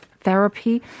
therapy